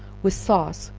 with sauce,